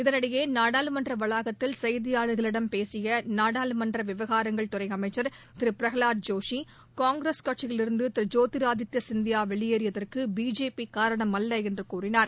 இதனிடையே நாடாளுமன்ற வளாகத்தில் செய்தியாளர்களிடம் பேசிய நாடாளுமன்ற விவகாரங்கள் துறை அமைச்சள் திரு பிரகலாத் ஜோஷி காங்கிரஸ் கட்சியிலிருந்து திரு ஜோதிர் ஆதித்ய சிந்தியா வெளியேறியதற்கு பிஜேபி காரணம் அல்ல என்று கூறினார்